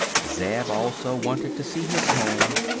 zeb also wanted to see his home,